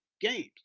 games